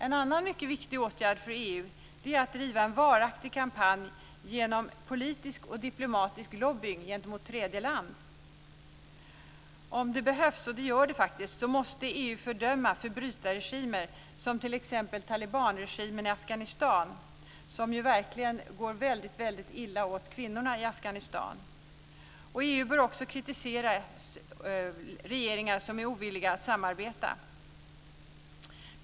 En annan mycket viktig åtgärd för EU är att driva en varaktig kampanj genom politisk och diplomatisk lobbying gentemot tredje land. Om det behövs, och det gör det faktiskt, måste EU fördöma s.k. förbrytarregimer, t.ex. talibanregimen i Afghanistan som ju verkligen går väldigt illa åt kvinnorna i Afghanistan. EU bör också kritisera regeringar som är ovilliga att samarbeta.